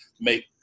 make